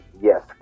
yes